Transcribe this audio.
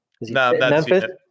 Memphis